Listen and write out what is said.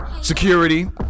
security